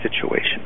situation